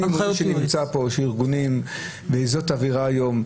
יש ארגונים וזו האווירה היום,